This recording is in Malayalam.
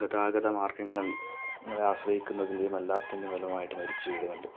ഗതാഗത മാർഗ്ഗങ്ങളെ ആശ്രയിക്കുന്നതിൻ്റെയും അല്ലാത്തതിൻ്റെയും ഫലമായിട്ട് മരിച്ചു വീഴുന്നുണ്ട്